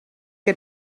que